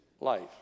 life